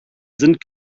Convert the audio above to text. sind